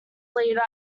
leader